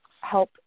help